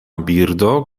birdo